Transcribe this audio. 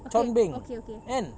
chong beng kan